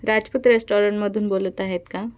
राजपूत रेस्टॉरंटमधून बोलत आहेत का